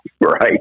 right